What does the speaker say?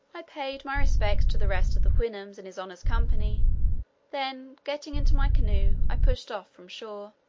i paid my respects to the rest of the houyhnhnms in his honour's company then getting into my canoe, i pushed off from shore.